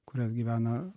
kurios gyvena